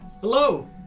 Hello